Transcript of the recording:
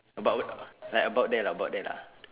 about like about there lah about there lah